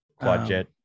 quadjet